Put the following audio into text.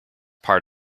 part